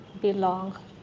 belong